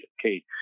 okay